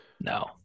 No